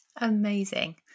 Amazing